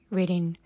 reading